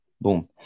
Boom